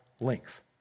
length